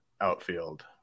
outfield